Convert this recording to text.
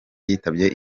yitabye